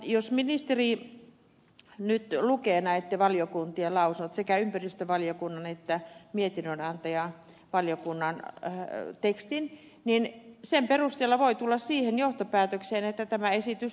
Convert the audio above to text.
jos ministeri nyt lukee näitten valiokuntien lausunnot sekä ympäristövaliokunnan että mietinnönantajavaliokunnan tekstin niin sen perusteella voi tulla siihen johtopäätökseen että tämä esitys tulee hylätä